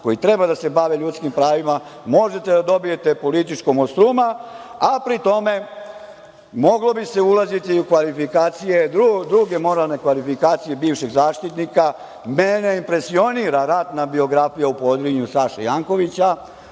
koji treba da se bave ljudskim pravima možete da dobijete političkog monstruma, a pri tome moglo bi se ulaziti u druge moralne kvalifikacije bivšeg zaštitnika. Mene impresionira ratna biografija u Podrinju Saše Jankovića.